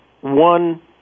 one